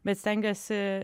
bet stengiuosi